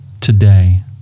today